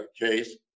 case